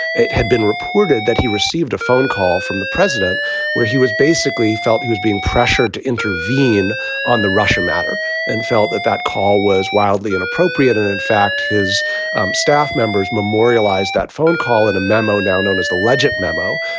it had been reported that he received a phone call from the president where he was basically felt he was being pressured to intervene on the russia matter and felt that that call was wildly inappropriate. and in fact, his staff members memorialized that phone call in a memo now known as the legit memo,